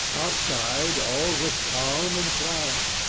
outside all was calm and quiet.